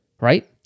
right